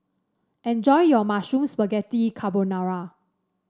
enjoy your Mushroom Spaghetti Carbonara